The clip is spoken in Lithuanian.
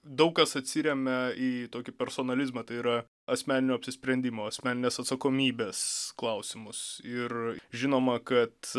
daug kas atsiremia į tokį personalizmą tai yra asmeninio apsisprendimo asmeninės atsakomybės klausimus ir žinoma kad